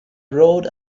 rode